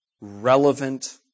relevant